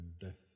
death